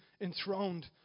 enthroned